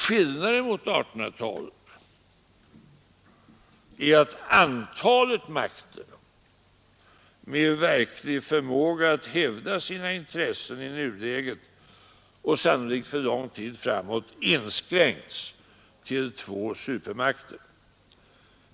Skillnaden mot 1800-talet är att antalet makter med verklig förmåga att hävda sina intressen i nuläget och sannolikt för lång tid framåt inskränkts till två supermakter.